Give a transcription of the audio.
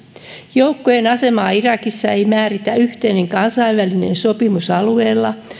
joukkojen asemaa irakissa ei määritä yhteinen kansainvälinen sopimus alueella